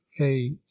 eight